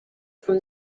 from